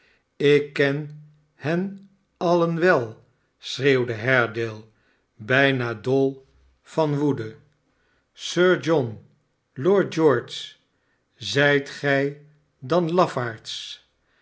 slk ken hen alien wel schreeuwde haredale bijna dol van woede sir john lord george zijt gij dan lafaards